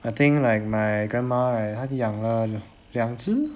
I think like my grandma right 她去养了两只